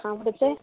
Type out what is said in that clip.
അവിടുത്തെ